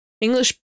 English